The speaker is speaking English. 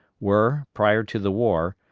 were, prior to the war,